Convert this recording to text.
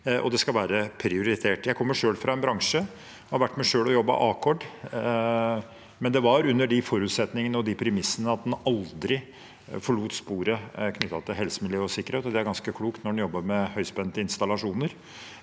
det skal være prioritert. Jeg kommer selv fra en bransje der jeg har vært med på å jobbe akkord, men det var under de forutsetningene og premissene at en aldri forlot sporet knyttet til helse, miljø og sikkerhet. Det er ganske klokt når en jobber med høyspentinstallasjoner.